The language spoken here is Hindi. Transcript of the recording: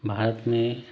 भारत में